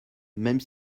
même